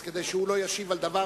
אז כדי שהוא לא ישיב על דבר,